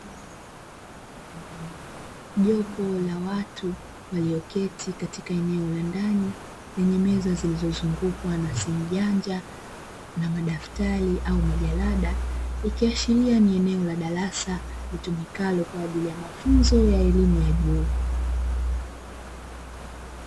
Jopo la watu walioketi katika eneo la ndani kenye meza zilizozungukwa na simu janja, na madaftari au majalada, ikiashiria ni eneo la darasa litumikalo kwa ajili ya mafunzo ya elimu ya juu.